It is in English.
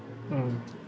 mm